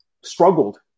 struggled